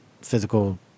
physical